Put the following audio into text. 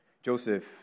Joseph